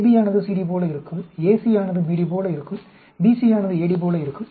AB ஆனது CD போல இருக்கும் AC ஆனது BD போல இருக்கும் BC ஆனது AD போல இருக்கும்